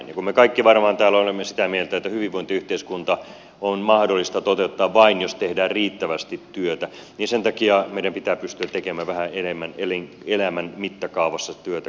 ja kun me kaikki varmaan täällä olemme sitä mieltä että hyvinvointiyhteiskunta on mahdollista toteuttaa vain jos tehdään riittävästi työtä niin sen takia meidän pitää pystyä tekemään vähän enemmän elämän mittakaavassa työtä kuin tähän saakka